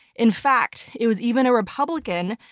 in fact, it was even a republican,